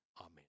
Amen